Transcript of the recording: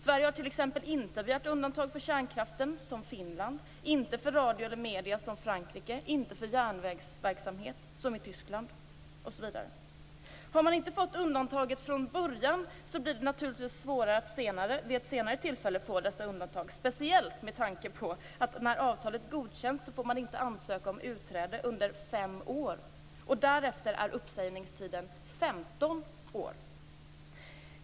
Sverige har t.ex. inte som Finland begärt undantag för kärnkraften, inte som Frankrike för radio eller medier, inte som Tyskland för järnvägsverksamhet osv. Har man inte fått undantag från början blir det naturligtvis svårare att vid ett senare tillfälle få dessa undantag, speciellt med tanke på att när avtalet godkänns får man inte ansöka om utträde under fem år.